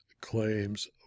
Claims